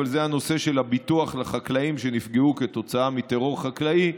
זה הנושא של הביטוח לחקלאים שנפגעו מטרור חקלאי.